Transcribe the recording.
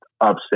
upset